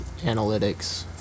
analytics